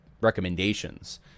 recommendations